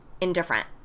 indifferent